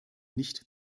nicht